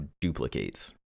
duplicates